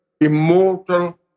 immortal